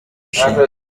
nshinga